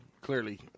clearly